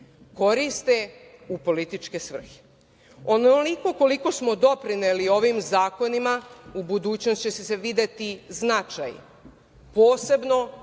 koriste u političke svrhe. Onoliko koliko smo doprineli ovim zakonima, u budućnosti će se videti značaj, posebno